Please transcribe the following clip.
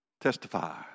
Testify